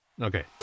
Okay